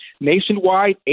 nationwide